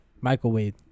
microwave